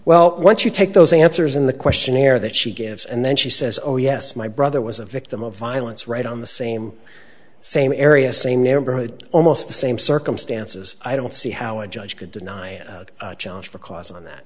well once you take those answers in the questionnaire that she gives and then she says oh yes my brother was a victim of violence right on the same same area same neighborhood almost the same circumstances i don't see how a judge could deny a challenge